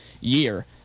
year